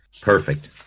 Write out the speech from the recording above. Perfect